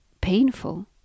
painful